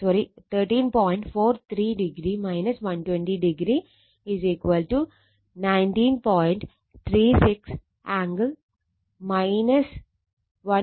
57o ampere